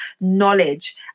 knowledge